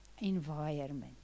environment